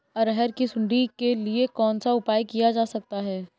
अरहर की सुंडी के लिए कौन सा उपाय किया जा सकता है?